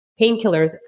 painkillers